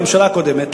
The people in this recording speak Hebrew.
בממשלה הקודמת,